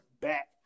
back